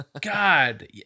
God